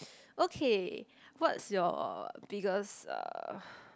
okay what's your biggest uh